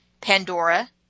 Pandora